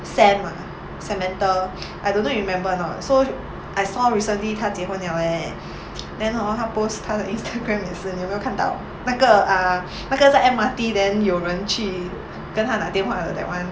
sam ah samantha I don't know you remember or not so I saw recently 她结婚 liao leh then hor 她 post 她的 Instagram 也是你有没有看到那个 ah 那个在 M_R_T then 有人去跟她拿电话的 that [one]